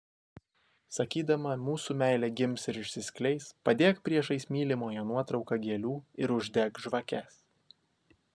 sakydama mūsų meilė gims ir išsiskleis padėk priešais mylimojo nuotrauką gėlių ir uždek žvakes